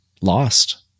lost